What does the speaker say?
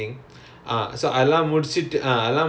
ya ya ya the chit-chat thing